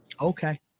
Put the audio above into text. okay